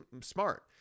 Smart